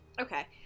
Okay